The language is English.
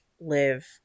live